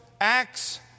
Acts